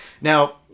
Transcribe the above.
Now